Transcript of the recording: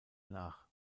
nach